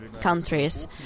Countries